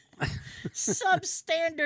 Substandard